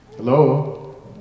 Hello